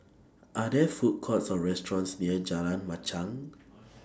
Are There Food Courts Or restaurants near Jalan Machang